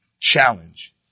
challenge